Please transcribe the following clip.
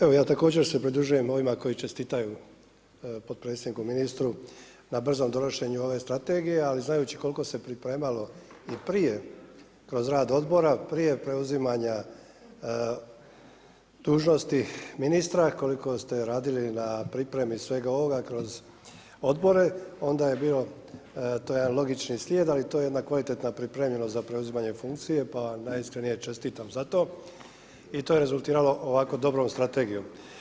Evo ja također se pridružujem ovima koji čestitaju potpredsjedniku, ministru na brzom donošenju ove strategije, ali znajući koliko se pripremalo i prije kroz rad odbora prije preuzimanja dužnosti ministra, koliko ste radili na pripremi svega ovoga kroz odbore, onda je bio to je jedan logični slijed, ali to je jedna kvalitetna pripremljenost za preuzimanje funkcije pa najiskrenije čestitam zato i to je rezultiralo ovako dobrom strategijom.